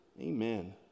Amen